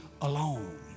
alone